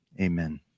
amen